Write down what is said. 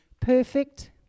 perfect